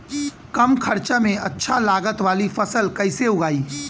कम खर्चा में अच्छा लागत वाली फसल कैसे उगाई?